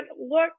look